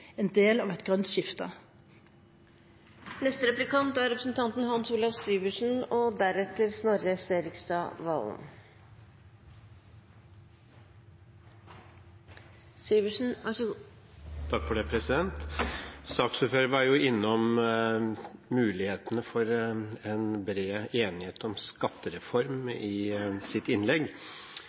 en flyseteavgift er en del av et grønt skifte. Saksordføreren var innom mulighetene for en bred enighet om en skattereform i sitt innlegg.